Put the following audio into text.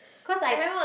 cause I